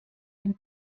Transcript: dem